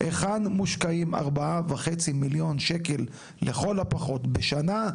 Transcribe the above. היכן מושקעים 4.5 מיליון שקלים לכל הפחות בשנה,